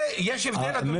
ראשית,